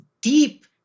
deep